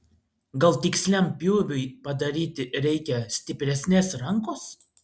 gal tiksliam pjūviui padaryti reikia stipresnės rankos